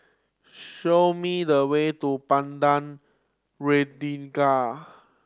show me the way to Padang